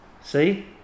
See